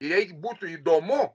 jai būtų įdomu